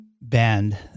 band